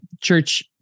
church